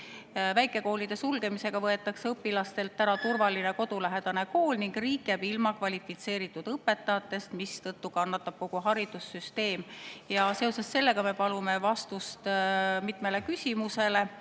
Väikekoolide sulgemisega võetakse õpilastelt ära turvaline kodulähedane kool ning riik jääb ilma kvalifitseeritud õpetajatest, mistõttu kannatab kogu haridussüsteem. Ja seoses sellega me palume vastust mitmele küsimusele.